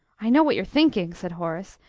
i know what you're thinking, said horace.